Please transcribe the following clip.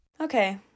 Okay